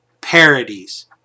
parodies